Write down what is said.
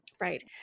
Right